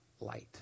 light